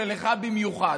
ולך במיוחד,